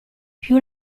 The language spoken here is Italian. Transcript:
più